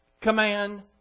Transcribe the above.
command